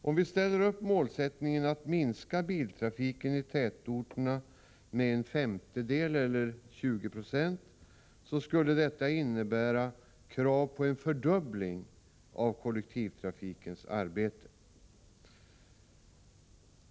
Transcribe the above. Om vi ställde upp målsättningen att minska biltrafiken i tätorterna med en femtedel — 2096 — skulle detta innebära krav på en fördubbling av kollektivtrafikens arbete.